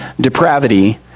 depravity